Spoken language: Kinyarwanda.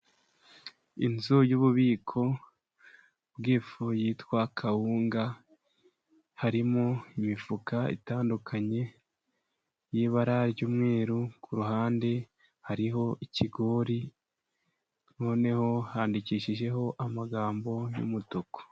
Inzu y'ububiko bw'ifu yitwa kawunga. Harimo imifuka itandukanye y'ibara ry'umweru. Ku ruhande hariho ikigori, noneho handikishijeho amagambo y'umutuku.